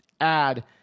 add